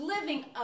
living